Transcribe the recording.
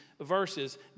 verses